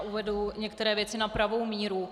Uvedu některé věci na pravou míru.